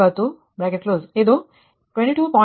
ಇದು 22